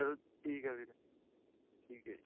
ਚਲੋ ਠੀਕ ਹੈ ਵੀਰ ਠੀਕ ਹੈ ਜੀ